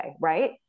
right